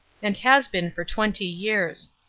and has been for twenty years.